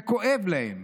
וכואב להן.